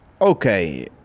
Okay